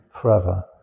forever